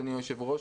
אדוני היושב-ראש,